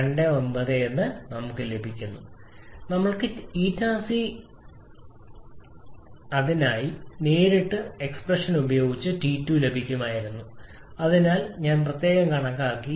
29 𝐾 ഞങ്ങൾക്ക് തരുന്നു ഞങ്ങൾക്ക് ηC നായി നേരിട്ട് എക്സ്പ്രഷൻ ഉപയോഗിച്ച് ടി 2 ലഭിക്കുമായിരുന്നു അതിനാൽ ഞാൻ പ്രത്യേകം കണക്കാക്കി